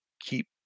keep